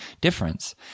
difference